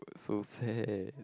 so sad